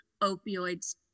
opioids